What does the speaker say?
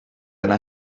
yna